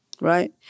right